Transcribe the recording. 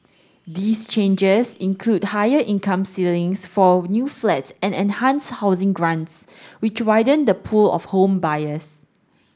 these changes include higher income ceilings for new flats and enhanced housing grants which widen the pool of home buyers